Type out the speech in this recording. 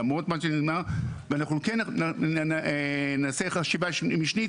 למרות מה שנאמר ואנחנו כן נעשה חשיבה משנית,